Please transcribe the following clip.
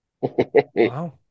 Wow